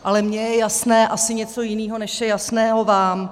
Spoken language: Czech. Ale mě je jasné asi něco jiného, než je jasného vám.